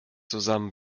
zusammen